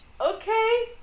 okay